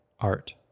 Art